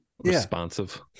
responsive